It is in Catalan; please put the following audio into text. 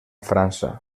frança